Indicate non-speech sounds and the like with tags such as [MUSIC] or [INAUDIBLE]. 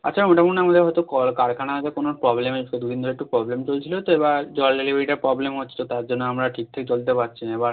আচ্ছা ওটা মনে হয় আমাদের হয়তো কর কারখানায় হয়তো কোনো প্রবলেম [UNINTELLIGIBLE] দু দিন ধরে একটু প্রবলেম চলছিল তো এবার জল ডেলিভারিটায় প্রবলেম হচ্ছিল তার জন্য আমরা ঠিকঠাক জল দিতে পারছি না বা